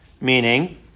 meaning